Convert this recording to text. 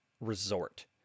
resort